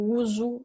uso